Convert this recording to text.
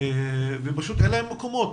ופשוט אין להם מקומות.